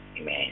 Amen